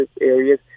areas